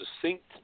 succinct